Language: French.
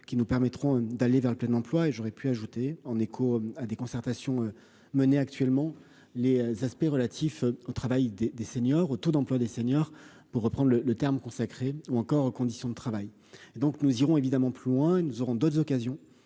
qui nous permettront d'aller vers le plein emploi et j'aurais pu ajouter en écho à des concertations menées actuellement les aspects relatifs. Au travail des des seniors au taux d'emploi des seniors pour reprendre le terme consacré ou encore aux conditions de travail et donc nous irons évidemment plus loin, nous aurons d'autres occasions